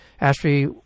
Ashby